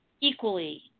Equally